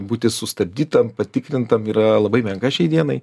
būti sustabdytam patikrintam yra labai menka šiai dienai